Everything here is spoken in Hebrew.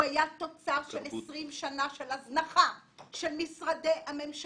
זה היה תוצר של 20 שנות הזנחה של משרדי הממשלה,